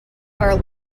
are